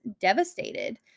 devastated